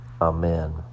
Amen